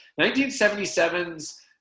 1977's